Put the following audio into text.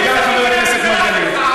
וגם חבר הכנסת מרגלית.